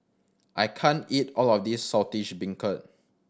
I can't eat all of this Saltish Beancurd